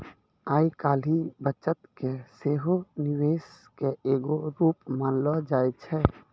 आइ काल्हि बचत के सेहो निवेशे के एगो रुप मानलो जाय छै